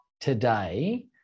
today